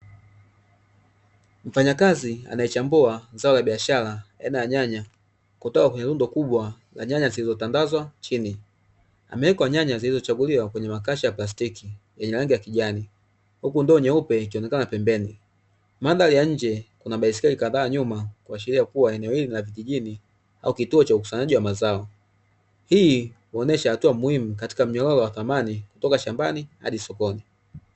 Mfanyakazi anayechambua zao la biashara aina ya nyanya kutoka kwenye rundo kubwa la nyanya, zilizotandazwa chini, ameweka nyanya zilizochaguliwa kwenye makasha ya plastiki yenye rangi ya kijani, bhuku ndoo nyeupe ikionekana pembeni. Mandhari ya nje kuna baiskeli kadhaa nyuma, kuashiria kuwa eneo hili ni la vijijini au kituo cha ukusanyaji wa mazao. Hii huonyesha hatua muhimu katika mnyororo wa thamani kutoka shambani hadi sokoni.